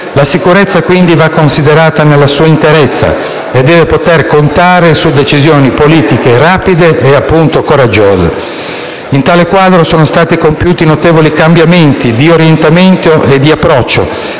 La sicurezza, quindi, va considerata nella sua interezza e deve poter contare su decisioni politiche rapide e, appunto, coraggiose. In tale quadro sono stati compiuti notevoli cambiamenti di orientamento e di approccio